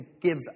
give